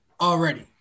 already